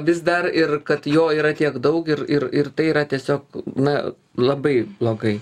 vis dar ir kad jo yra tiek daug ir ir ir tai yra tiesiog na labai blogai